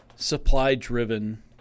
supply-driven